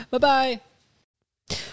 Bye-bye